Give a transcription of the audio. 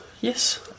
Yes